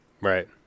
Right